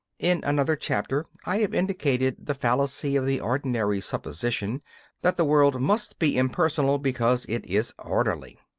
in another chapter i have indicated the fallacy of the ordinary supposition that the world must be impersonal because it is orderly.